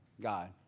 God